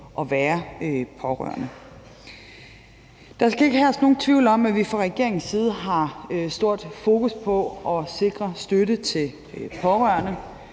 at være pårørende. Der skal ikke herske nogen tvivl om, at vi fra regeringens side har stort fokus på at sikre støtte til pårørende.